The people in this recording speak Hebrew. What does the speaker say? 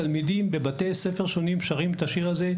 של תלמידים ששרים את השיר הזה,